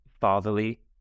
fatherly